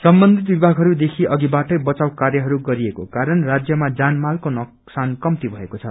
सम्बन्धित विमागहरूदेखि अधि बाटै बचाउ कार्यहरू गरिएको कारण राज्यमा जानमालको नोकसान कप्ती भएको छ